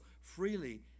freely